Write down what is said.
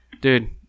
Dude